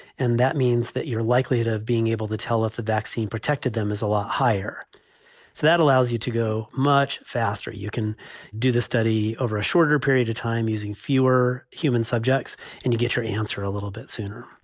and that means that your likelihood of being able to tell if ah vaccine protected them is a lot higher. so that allows you to go much faster. you can do this study over a shorter period of time using fewer human subjects and you get your answer a little bit sooner